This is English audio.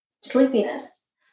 sleepiness